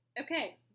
okay